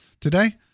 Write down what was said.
Today